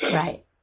Right